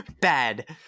bad